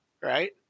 right